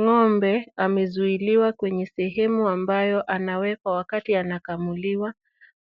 Ng'ombe amezuiliwa kwenye sehemu ambayo anawekwa wakati anakamuliwa,